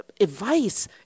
advice